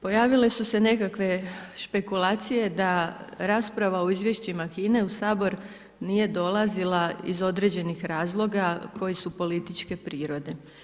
Pojavile su se nekakve špekulacije da rasprave o izvješćima HINA-e u Sabor nije dolazila iz određenih razloga koje su političke prirode.